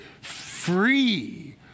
free